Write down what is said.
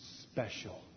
special